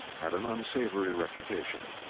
had an unsavory reputation.